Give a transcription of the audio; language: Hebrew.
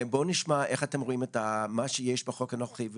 בואו נשמע איך אתם רואים את מה שיש בחוק הנוכחי,